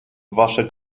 wasze